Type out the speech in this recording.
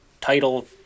title